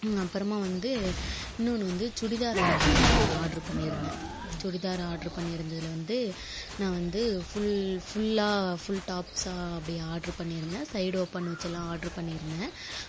ம் அப்புறமா வந்து இன்னோன்னு வந்து சுடிதார் வந்து ஆட்ரு பண்ணியிருந்தேன் சுடிதார் ஆட்ரு பண்ணிருந்ததில் வந்து நான் வந்து ஃபுல் ஃபுல்லாக ஃபுல் டாப்ஸாக அப்படி ஆட்ரு பண்ணியிருந்தேன் சைட் ஓப்பன் வச்செல்லாம் ஆட்ரு பண்ணியிருந்தேன்